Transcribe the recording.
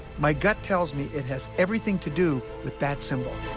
my gut tells me it has everything to do with that symbol.